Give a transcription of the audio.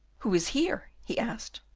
who is here? he asked.